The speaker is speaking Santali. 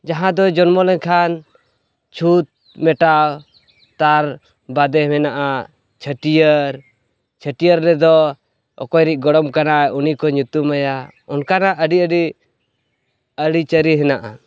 ᱡᱟᱦᱟᱸ ᱫᱚ ᱡᱚᱱᱢᱚ ᱞᱮᱱᱠᱷᱟᱱ ᱪᱷᱩᱛ ᱢᱮᱴᱟᱣ ᱛᱟᱨ ᱵᱟᱫᱮ ᱢᱮᱱᱟᱜᱼᱟ ᱪᱷᱟᱹᱴᱭᱟᱹᱨ ᱪᱷᱟᱹᱴᱭᱟᱹᱨ ᱨᱮᱫᱚ ᱚᱠᱚᱨᱤᱡ ᱜᱚᱲᱚᱢ ᱠᱟᱱᱟᱭ ᱩᱱᱤᱠᱚ ᱧᱩᱛᱩᱢᱼᱟᱭᱟ ᱚᱱᱠᱟᱱᱟᱜ ᱟᱹᱰᱤ ᱟᱹᱰᱤ ᱟᱹᱨᱤ ᱪᱟᱹᱞᱤ ᱦᱮᱱᱟᱜᱼᱟ